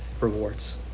rewards